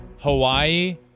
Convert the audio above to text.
Hawaii